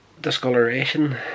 discoloration